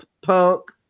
punk